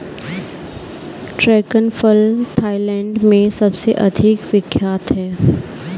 dragon फल Thailand में सबसे अधिक विख्यात है